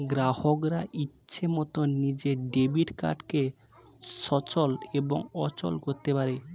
গ্রাহকরা ইচ্ছে মতন নিজের ডেবিট কার্ডকে সচল এবং অচল করতে পারে